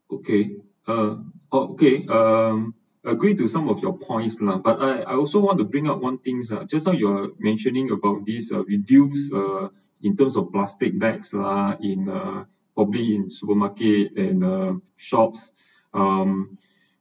okay uh okay um agreed to some of your points lah but I I also want to bring up one things uh just now you're mentioning about these uh reduce uh in terms of plastic bags lah in a probably in supermarket and the shops um